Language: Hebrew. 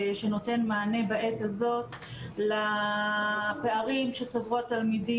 שנותן מענה בעת הזאת לפערים שצברו התלמידים